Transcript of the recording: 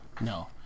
No